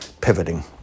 pivoting